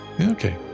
Okay